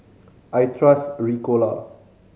I trust Ricola